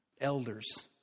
elders